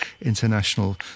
international